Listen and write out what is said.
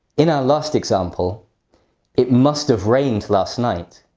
in our last example it must have rained last night.